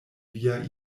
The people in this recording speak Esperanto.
via